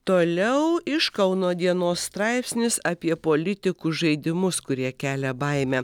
toliau iš kauno dienos straipsnis apie politikų žaidimus kurie kelia baimę